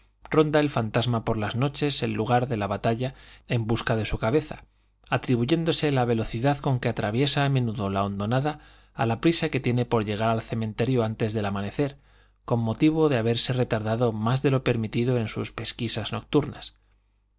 ronda el fantasma por las noches el lugar de la batalla en busca de su cabeza atribuyéndose la velocidad con que atraviesa a menudo la hondonada a la prisa que tiene por llegar al cementerio antes del amanecer con motivo de haberse retardado más de lo permitido en sus pesquisas nocturnas